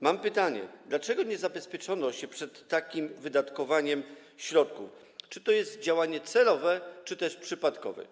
Mam pytanie: Dlaczego nie zabezpieczono się przed takim wydatkowaniem środków i czy to jest działanie celowe, czy też przypadkowe?